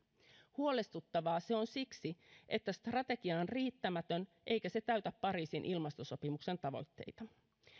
huolestuttavaa se on siksi että strategia on riittämätön eikä se täytä pariisin ilmastosopimuksen tavoitteita